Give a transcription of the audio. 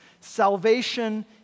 salvation